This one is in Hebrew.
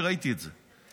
כשראיתי את זה.